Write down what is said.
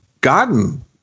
gotten